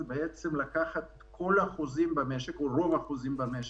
ההצעה היא לקחת את כל או רוב החוזים במשק,